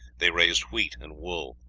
they raised wheat and wool,